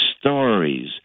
stories